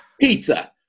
Pizza